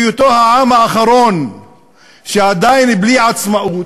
בהיותו העם האחרון שעדיין בלי עצמאות,